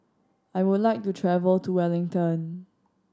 I would like to travel to Wellington